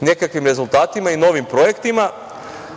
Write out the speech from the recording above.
nekakvim rezultatima i novim projektima,